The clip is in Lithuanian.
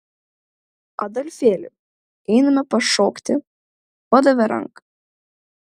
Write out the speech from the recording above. adolfėli einame pašokti padavė ranką